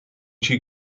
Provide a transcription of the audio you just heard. she